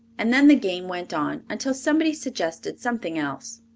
and then the game went on, until somebody suggested something else.